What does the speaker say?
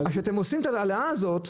כשאתם עושים את ההעלאה הזאת,